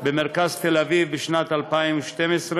במרכז תל-אביב בשנת 2012,